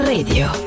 Radio